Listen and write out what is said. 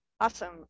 Awesome